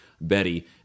Betty